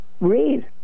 Read